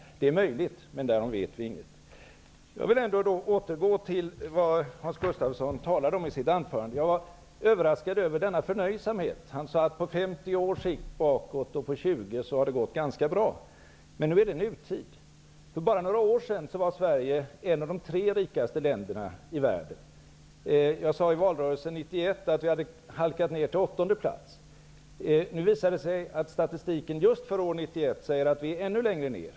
Men därom vet vi inget. Jag vill återgå till vad Hans Gustafsson talade om i sitt huvudanförande. Jag var överraskad över denna förnöjsamhet. Han sade att det på 50 och 20 års sikt bakåt hade gått ganska bra. Men nu är det nutid. För bara några år sedan var Sverige en av de tre rikaste länderna i världen. Jag sade i valrörelsen 1991 att vi hade halkat ner till åttonde plats. Nu visar det sig att statistiken för just år 1991 säger att vi är ännu längre ner.